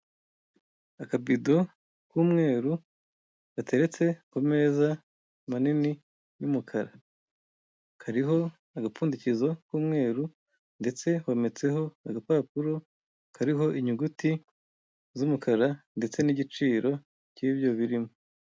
Akabido k'umweru gateretse ku meza manini y'umukara. Kariho agapfundikizo k'umweru ndetse hometseho agapapuro kariho inyuguti z'umukara, ndetse n'igiciro cy'ibyo birimo.